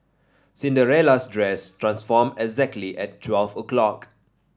Cinderella's dress transformed exactly at twelve o'clock